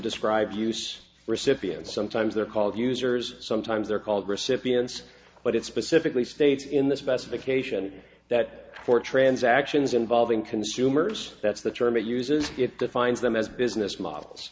describe use recipient sometimes they're called users sometimes they're called recipients but it's specifically states in this best vacation that for transactions involving consumers that's the term it uses it defines them as business models